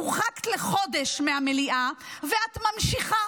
הורחקת לחודש מהמליאה ואת ממשיכה.